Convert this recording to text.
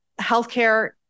Healthcare